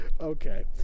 Okay